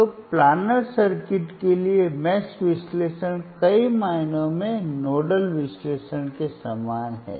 तो planar circuit के लिए मेष विश्लेषण कई मायनों में नोडल विश्लेषण के समान है